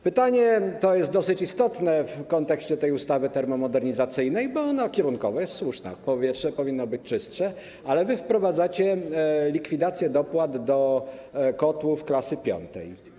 Pytanie to jest dosyć istotne w kontekście tej ustawy termomodernizacyjnej, bo ona kierunkowo jest słuszna - powietrze powinno być czystsze - ale wprowadzacie likwidację dopłat do kotłów klasy 5.